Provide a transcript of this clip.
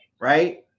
right